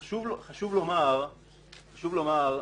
זה חלק מהחקיקה שבאה